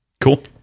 Cool